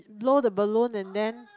blow the balloon and then